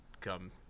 come